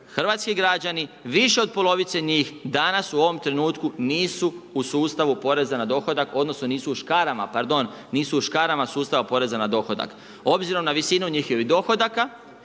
hrvatski građani više od polovice njih danas u ovom trenutku nisu u sustavu poreza na dohodak odnosno nisu škarama, pardon, nisu u škarama sustava poreza na dohodak. Obzirom na visinu njihovih dohodaka